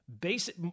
basic